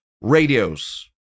radios